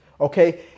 Okay